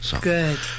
good